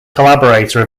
collaborator